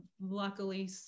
luckily